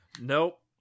Nope